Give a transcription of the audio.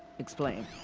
explain.